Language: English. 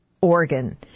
organ